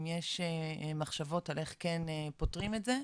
אם יש מחשבות על איך כן פותרים את זה.